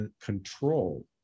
control